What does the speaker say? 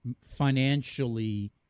financially